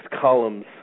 columns